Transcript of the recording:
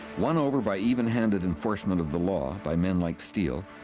won over by even-handed enforcement of the law by men like steele,